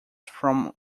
from